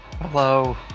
Hello